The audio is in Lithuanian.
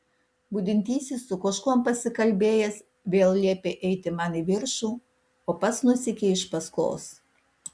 budintysis su kažkuom pasikalbėjęs vėl liepė eiti man į viršų o pats nusekė iš paskos